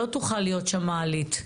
לא תוכל להיות שם מעלית.